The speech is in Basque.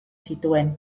zituen